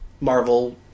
Marvel